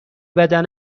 بدن